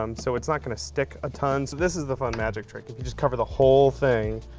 um so it's not going to stick a ton. so this is the fun magic trick, if you just cover the whole thing.